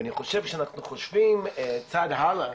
ואני חושב שאנחנו חושבים צעד הלאה,